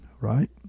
right